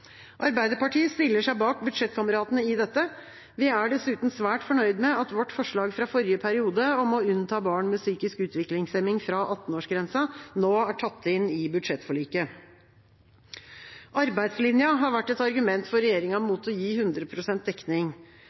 Arbeiderpartiet stiller seg bak budsjettkameratene når det gjelder dette. Vi er dessuten svært fornøyd med at vårt forslag fra forrige periode om å unnta barn med psykisk utviklingshemning fra 18-årsgrensa, nå er tatt inn i budsjettforliket. Arbeidslinja har vært et argument for regjeringa mot å gi 100 pst. dekning.